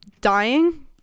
dying